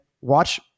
watch